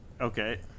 Okay